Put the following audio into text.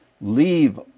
Leave